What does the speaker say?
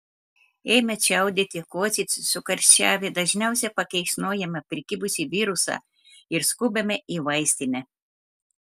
ėmę čiaudėti kosėti sukarščiavę dažniausiai pakeiksnojame prikibusį virusą ir skubame į vaistinę